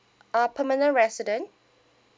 uh permanent resident